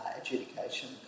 adjudication